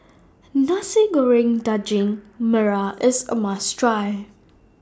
Nasi Goreng Daging Merah IS A must Try